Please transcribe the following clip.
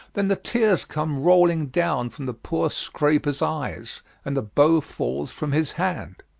then the tears come rolling down from the poor scraper's eyes and the bow falls from his hand.